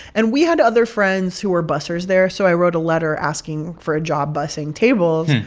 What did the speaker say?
and we had other friends who were bussers there, so i wrote a letter asking for a job bussing tables.